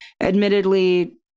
Admittedly